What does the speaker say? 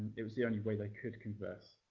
it was the only way they could converse.